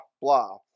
blah